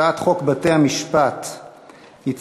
הצעת חוק בתי-המשפט (תיקון מס' 74)